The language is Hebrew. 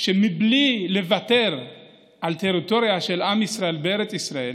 שמבלי לוותר על הטריטוריה של עם ישראל בארץ ישראל